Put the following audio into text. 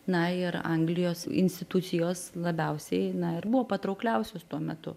na ir anglijos institucijos labiausiai na ir buvo patraukliausios tuo metu